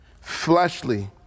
fleshly